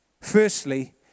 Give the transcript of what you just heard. Firstly